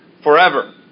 forever